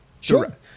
Sure